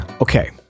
Okay